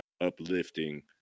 uplifting